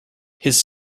his